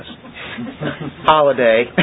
Holiday